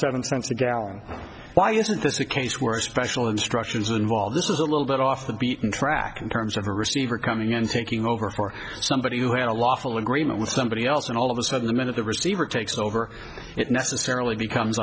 seven cents a gallon why isn't this a case where special instructions involved this is a little bit off the beaten track in terms of a receiver coming in and taking over for somebody who had a lawful agreement with somebody else and all of a sudden the minute the receiver takes over it necessarily becomes